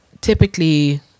typically